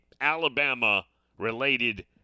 Alabama-related